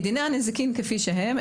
דיני הנזיקין כפי שהם,